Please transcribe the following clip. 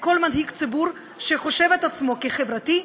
לכל מנהיג ציבור שמחשיב את עצמו לחברתי,